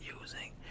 using